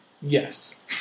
Yes